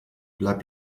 bleib